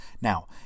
Now